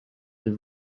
will